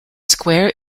square